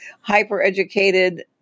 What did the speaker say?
hyper-educated